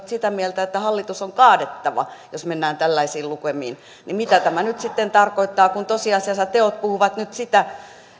sitä mieltä että hallitus on kaadettava jos mennään tällaisiin lukemiin niin mitä tämä nyt sitten tarkoittaa kun tosiasiassa teot puhuvat nyt sitä